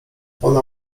ona